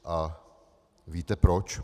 A víte proč?